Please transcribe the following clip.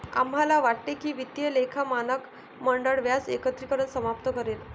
आम्हाला वाटते की वित्तीय लेखा मानक मंडळ व्याज एकत्रीकरण समाप्त करेल